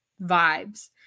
vibes